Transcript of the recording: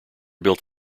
built